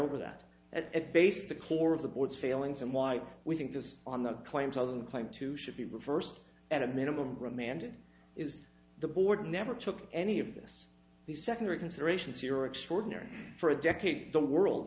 over that at base the core of the board's feelings and why we think this on the claims of the claim to should be reversed at a minimum remand is the board never took any of this the secondary consideration is your extraordinary for a decade the world